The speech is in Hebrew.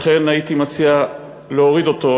לכן הייתי מציע להוריד אותו,